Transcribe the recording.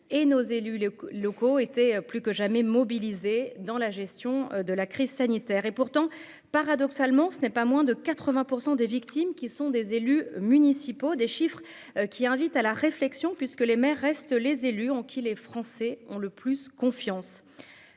et nos élus les locaux étaient plus que jamais mobilisés dans la gestion de la crise sanitaire et pourtant, paradoxalement, ce n'est pas moins de 80 % des victimes, qui sont des élus municipaux, des chiffres qui invite à la réflexion, puisque les maires restent les élus en qui les Français ont le plus confiance,